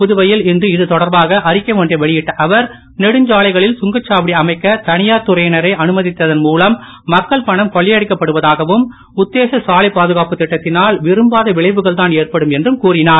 புதுவையில் இன்று இதுதொடர்பாக அறிக்கை ஒன்றை வெளியிட்ட அவர் நெடுஞ்சாலைகளில் சுங்கச் சாவடி அமைக்க தனியார் துறையினரை அனுமதித்ததன் மூலம் மக்கள் பணம் கொள்ளையடிக்கப் படுவதாகவும் உத்தேச சாலை பாதுகாப்பு சட்டத்திலுல் விரும்பாத விளைவுகள்தான் ஏற்படும் என்றும் கூறினர்